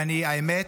והאמת,